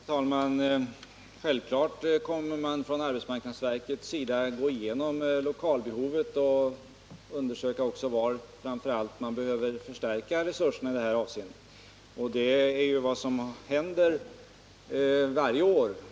Herr talman! Självfallet kommer arbetsmarknadsverket att gå igenom lokalbehovet och undersöka framför allt var man behöver förstärka resurserna i detta avseende. Så sker också regelbundet varje år.